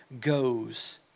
goes